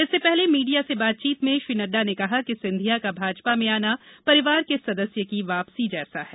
इससे पहले मीडिया से बातचीत में श्री नड्डा ने कहा कि सिंधिया का भाजपा में आना परिवार के सदस्य की वापसी जैसा है